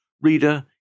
Reader